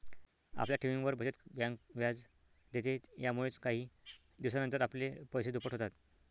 आपल्या ठेवींवर, बचत बँक व्याज देते, यामुळेच काही दिवसानंतर आपले पैसे दुप्पट होतात